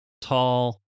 tall